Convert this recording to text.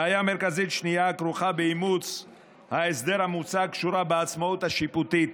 בעיה מרכזית שנייה הכרוכה באימוץ ההסדר המוצע קשורה בעצמאות השיפוטית.